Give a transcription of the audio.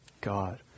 God